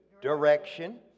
Direction